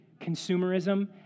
consumerism